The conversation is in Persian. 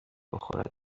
بخوردش